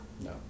No